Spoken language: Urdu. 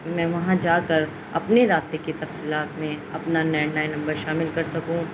میں وہاں جا کر اپنے رابطے کے تفصیلات میں اپنا لینڈلائن نمبر شامل کر سکوں